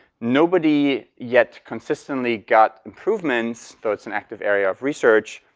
nobody yet consistently got improvements, though it's an active area of research,